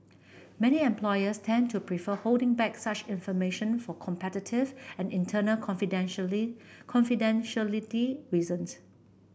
many employers tend to prefer holding back such information for competitive and internal confidentially confidentiality reasons